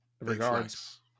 Regards